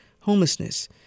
homelessness